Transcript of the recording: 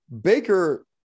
Baker